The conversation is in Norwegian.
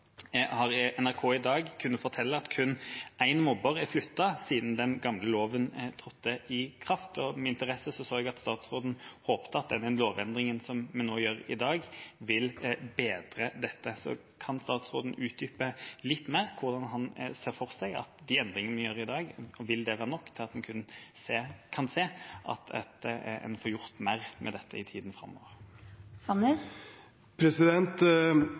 jeg også nevnte i mitt innlegg, har NRK i dag kunnet fortelle at kun én mobber er flyttet siden den gamle loven trådte i kraft. Med interesse hørte jeg at statsråden håpet at den lovendringen vi gjør i dag, vil bedre dette. Kan statsråden utdype litt mer hvordan han ser for seg at den endringen vi gjør i dag, vil være nok til at en får gjort mer med dette i tiden framover?